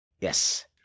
Yes